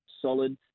solid